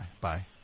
Bye